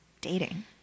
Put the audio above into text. dating